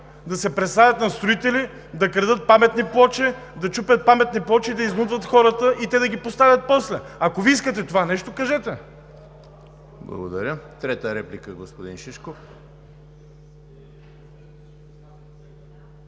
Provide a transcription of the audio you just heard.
да се представят за строители, да крадат паметни плочи, да чупят паметни плочи, да изнудват хората и те да ги поставят после. Ако Вие искате това нещо, кажете. ПРЕДСЕДАТЕЛ ЕМИЛ ХРИСТОВ: Благодаря. Трета реплика – господин Шишков.